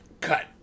cut